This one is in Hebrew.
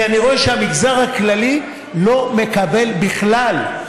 כי אני רואה שהמגזר הכללי לא מקבל בכלל.